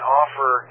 offer